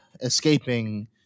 escaping